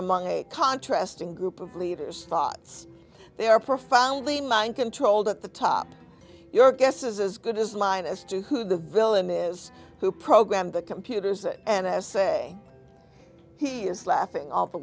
among a contrast in group of leaders thoughts they are profoundly mind controlled at the top your guess is as good as mine as to who the villain is who programmed the computers n s a he is laughing all the